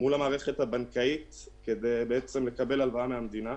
מול המערכת הבנקאית כדי לקבל הלוואה מהמדינה.